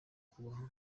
kubaha